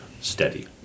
steady